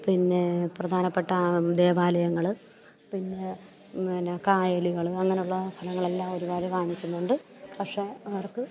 പിന്നെ പ്രധാനപ്പെട്ട ദേവാലയങ്ങള് പിന്നെ പിന്നെ കായലുകള് അങ്ങനെയുള്ള സ്ഥലങ്ങളെല്ലാം ഒരുപാട് കാണിക്കുന്നുണ്ട് പക്ഷെ അവർക്ക്